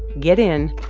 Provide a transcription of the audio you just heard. get in,